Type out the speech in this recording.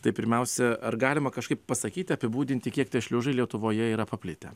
tai pirmiausia ar galima kažkaip pasakyt apibūdinti kiek tie šliužai lietuvoje yra paplitę